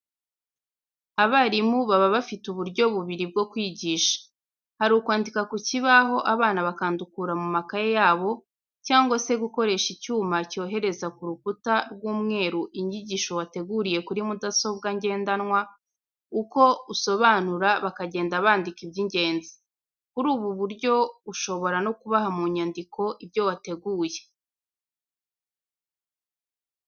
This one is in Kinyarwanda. Abarimu baba bafite uburyo bubiri bwo kwigisha. Hari ukwandika ku kibaho abana bakandukura mu makayi yabo cyangwa se gukoresha icyuma cyohereza ku rukuta rw'umweru inyigisho wateguriye kuri mudasobwa ngendanwa, uko usobanura bakagenda bandika iby'ingenzi. Kuri ubu buryo ushobora no kubaha mu nyandiko ibyo wateguye.